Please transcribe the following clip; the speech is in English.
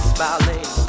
Smiling